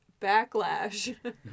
backlash